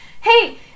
Hey